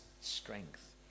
strength